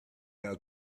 are